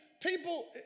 People